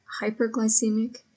hyperglycemic